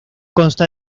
consta